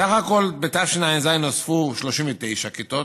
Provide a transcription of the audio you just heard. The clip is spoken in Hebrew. בסך הכול בתשע"ז נוספו 39 כיתות,